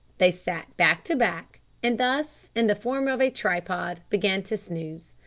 they sat back to back, and thus, in the form of a tripod, began to snooze.